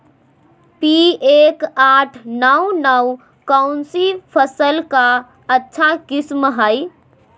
P एक आठ नौ नौ कौन सी फसल का अच्छा किस्म हैं?